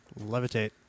Levitate